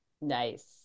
Nice